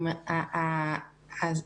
זה